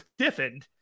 stiffened